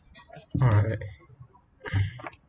alright